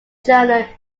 journal